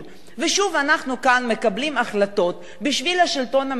שוב אנחנו כאן מקבלים החלטות בשביל השלטון המקומי,